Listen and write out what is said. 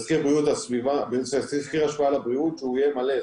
שתסקיר השפעה על הבריאות יהיה מלא,